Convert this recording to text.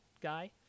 guy